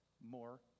more